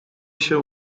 się